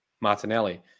Martinelli